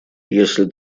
если